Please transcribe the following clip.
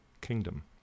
kingdom